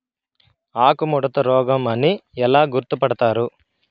ఆకుముడత రోగం అని ఎలా గుర్తుపడతారు?